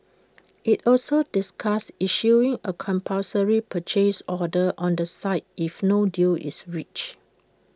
IT also discussed issuing A compulsory purchase order on the site if no deal is reached